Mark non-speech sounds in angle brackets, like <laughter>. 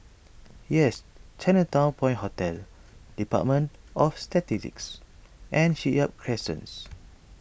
Yes Chinatown Point Hotel Department of Statistics and Shipyard Crescents <noise>